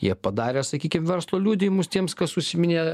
jie padarė sakykim verslo liudijimus tiems kas užsiiminėja